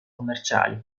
commerciali